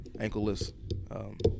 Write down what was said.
ankleless